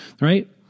right